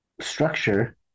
structure